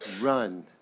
run